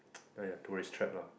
!aiya! tourist trap lah